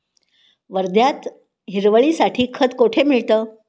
वर्ध्यात हिरवळीसाठी खत कोठे मिळतं?